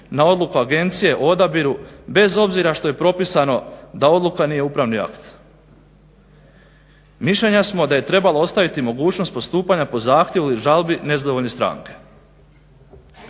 na odluku agencije o odabiru bez obzira što je propisano da odluka nije upravni akt. Mišljenja smo da je trebalo ostaviti mogućnost postupanja po zahtjevu ili žalbi ne zadovoljne stranke.